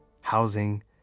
housing